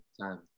time